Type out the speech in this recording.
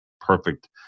perfect